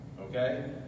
Okay